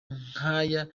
nk’aya